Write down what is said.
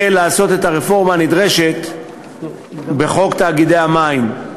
לעשות את הרפורמה הנדרשת בחוק תאגידי המים.